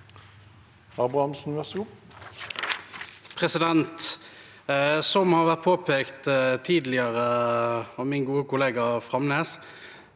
Som det har vært påpekt tidligere av min gode kollega Framnes,